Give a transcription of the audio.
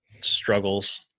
struggles